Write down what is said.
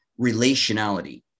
relationality